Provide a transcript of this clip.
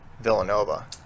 Villanova